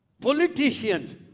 Politicians